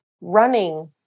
running